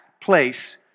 place